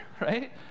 right